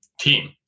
team